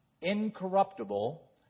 incorruptible